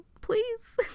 Please